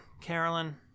Carolyn